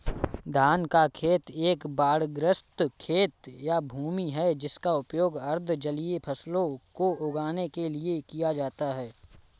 धान का खेत एक बाढ़ग्रस्त खेत या भूमि है जिसका उपयोग अर्ध जलीय फसलों को उगाने के लिए किया जाता है